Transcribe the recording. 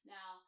Now